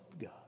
God